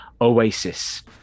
Oasis